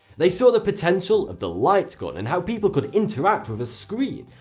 they saw the potential of the light gun and how people could interact with a screen.